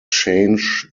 change